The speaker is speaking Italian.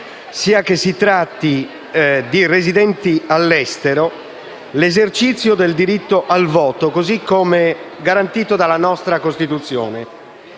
nazionale, sia di residenti all'estero) l'esercizio del diritto al voto, così come garantito dalla nostra Costituzione.